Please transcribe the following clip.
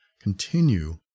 continue